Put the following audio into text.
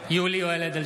(קורא בשמות חברי הכנסת) יולי יואל אדלשטיין,